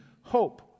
hope